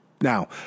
now